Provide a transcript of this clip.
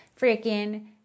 freaking